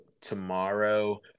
tomorrow